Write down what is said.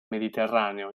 mediterraneo